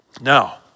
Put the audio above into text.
Now